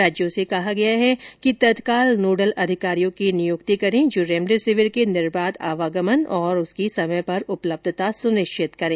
राज्यों से कहा गया है कि तत्काल नोडल अधिकारियों की नियुक्ति करें जो रेमडेसिविर के निर्बाध आवागमन और समय पर उपलब्धता सुनिश्चित करें